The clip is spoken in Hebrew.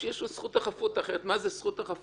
לאיש יש זכות חפות, אחרת מה זה זכות החפות?